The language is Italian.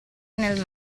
nel